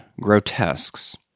grotesques